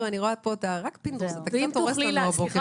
רק פינדרוס קצת הורס לנו הבוקר עם ההסתייגויות.